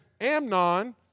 Amnon